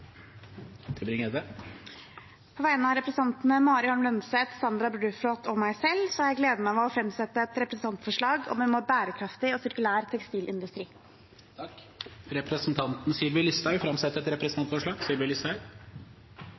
representantforslag. På vegne av representantene Mari Holm Lønseth, Sandra Bruflot og meg selv har jeg gleden av å framsette et representantforslag om en mer bærekraftig og sirkulær tekstilindustri. Representanten Sylvi Listhaug vil framsette et representantforslag.